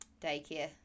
daycare